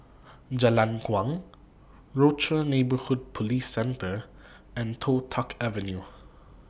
Jalan Kuang Rochor Neighborhood Police Centre and Toh Tuck Avenue